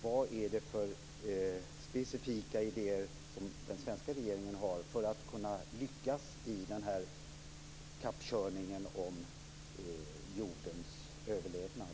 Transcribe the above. Vad är det för specifika idéer som den svenska regeringen har för att man ska kunna lyckas i den här kappkörningen om jordens överlevnad?